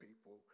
people